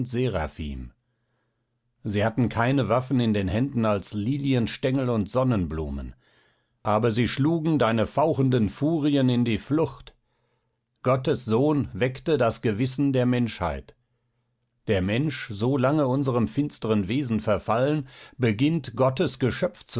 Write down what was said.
seraphim sie hatten keine waffen in den händen als lilienstengel und sonnenblumen aber sie schlugen deine fauchenden furien in die flucht gottes sohn weckte das gewissen der menschheit der mensch so lange unserem finsteren wesen verfallen beginnt gottes geschöpf